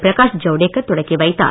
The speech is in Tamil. பிரகாஷ் ஜவ்டேக்கர் தொடக்கி வைத்தார்